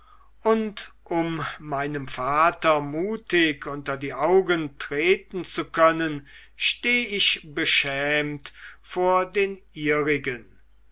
und um meinem vater mutig unter die augen treten zu können steh ich beschämt vor den ihrigen